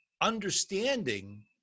understanding